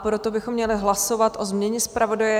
Proto bychom měli hlasovat o změně zpravodaje.